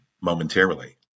momentarily